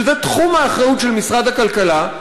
שזה תחום האחריות של משרד הכלכלה,